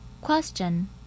Question